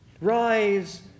Rise